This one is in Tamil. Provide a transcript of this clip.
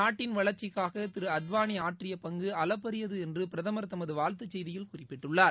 நாட்டின் வளர்ச்சிக்காக திரு அத்வானி ஆற்றிய பங்கு அளப்பரியது என்று பிரதம் தமது வாழ்த்துச் செய்தியில் குறிப்பிட்டுள்ளார்